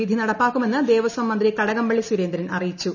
വിധി നടപ്പാക്കുമെന്ന് ദേവസ്വം മന്ത്രി കടകംപളളി സുരേന്ദ്രൻ അറിയിച്ചു